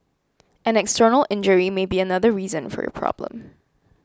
an external injury may be another reason for your problem